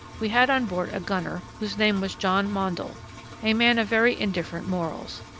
we had on board a gunner, whose name was john mondle a man of very indifferent morals.